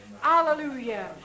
Hallelujah